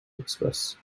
express